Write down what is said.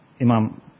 Imam